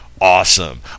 Awesome